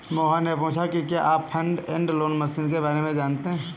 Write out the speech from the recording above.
मोहन ने पूछा कि क्या आप फ्रंट एंड लोडर मशीन के बारे में जानते हैं?